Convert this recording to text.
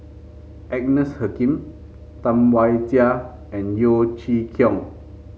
Agnes Joaquim Tam Wai Jia and Yeo Chee Kiong